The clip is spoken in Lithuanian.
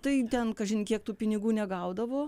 tai ten kažin kiek tų pinigų negaudavo